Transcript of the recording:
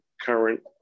current